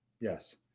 Yes